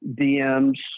DM's